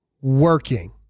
working